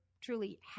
truly